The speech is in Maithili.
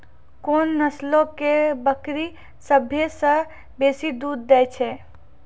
कोन नस्लो के बकरी सभ्भे से बेसी दूध दै छै?